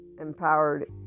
empowered